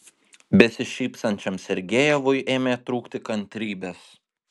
besišypsančiam sergejevui ėmė trūkti kantrybės